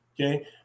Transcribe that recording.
okay